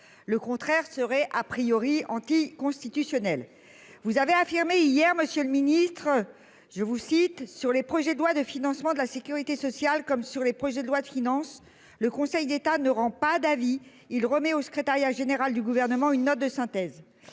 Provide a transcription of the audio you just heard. Le contraire serait a priori anti-constitutionnelle. Vous avez affirmé hier, monsieur le ministre, je vous cite, sur les projets de loi de financement de la Sécurité sociale comme sur les projets de loi de finances. Le Conseil d'État ne rend pas d'avis, il remet au secrétariat général du gouvernement, une note de synthèse.